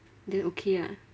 then okay ah